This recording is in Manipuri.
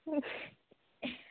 ꯑꯁ